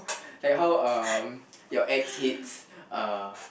like how um your ex hates uh